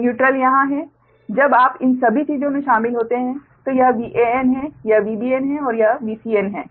तो न्यूट्रल यहाँ है जब आप इन सभी चीजों में शामिल होते हैं तो यह Van है यह Vbn है और यह Vcn है